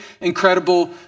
incredible